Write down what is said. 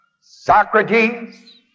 Socrates